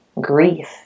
grief